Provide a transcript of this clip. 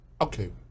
okay